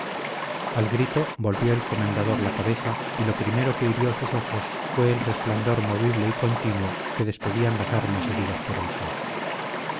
al grito volvió el comendador la cabeza y lo primero que hirió sus ojos fue el resplandor movible y continuo que despedían las armas heridas por el sol